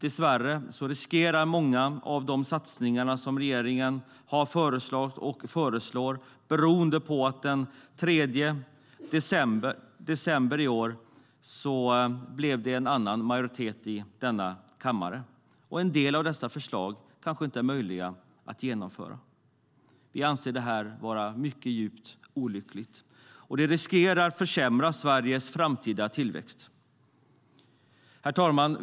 Dessvärre riskerar många av de satsningar som regeringen föreslagit och föreslår att inte bli av beroende på att det den 3 december i år blev en annan majoritet i denna kammare. Därför är en del av dessa förslag kanske inte möjliga att genomföra, vilket vi anser är djupt olyckligt. Det riskerar att försämra Sveriges framtida tillväxt. Herr talman!